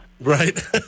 Right